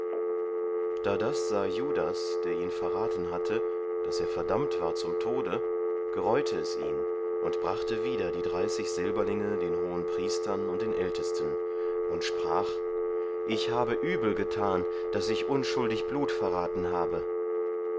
da das sah judas der ihn verraten hatte daß er verdammt war zum tode gereute es ihn und brachte wieder die dreißig silberlinge den hohenpriestern und den ältesten und sprach ich habe übel getan daß ich unschuldig blut verraten habe